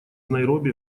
найроби